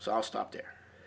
so i'll stop there